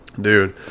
dude